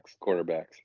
Quarterbacks